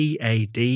pad